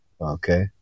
Okay